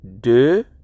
de